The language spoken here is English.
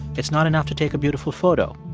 it's not enough to take a beautiful photo,